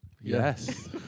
Yes